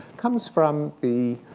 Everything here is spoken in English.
comes from the